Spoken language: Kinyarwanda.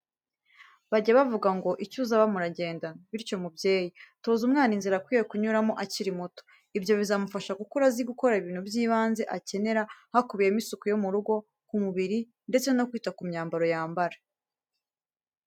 Bajya bavuga ngo icyo uzaba muragendana! Bityo mubyeyi, toza umwana inzira akwiriye kunyuramo akiri muto. Ibyo bizamufasha gukura azi gukora ibintu by'ibanze akenera hakubiyemo isuku yo mu rugo, ku mubiri ndetse no kwita ku myambaro yambara.